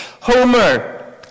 Homer